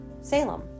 Salem